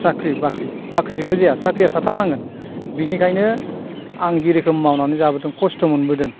साख्रि बाख्रि बाख्रिजोंबो जाया साख्रिया थाथारनांगोन बेनिखायनो आंगि रोखोम मावनानै जाबोदों कस्त' मोनबोदों